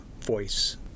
voice